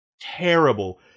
terrible